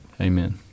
Amen